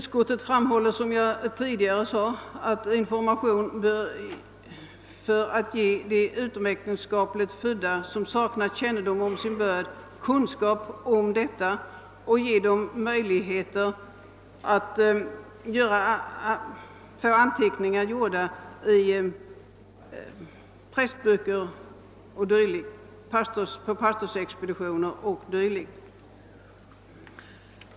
Utskottet framhåller, som jag tidigare sade, att information bör ges till de utomäktenskapligt födda som saknar kännedom om sin börd för att de skall få möjlighet att få anteckningar gjorda på pastorsexpeditioner o. d.